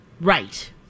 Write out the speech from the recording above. Right